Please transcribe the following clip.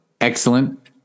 excellent